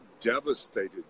devastated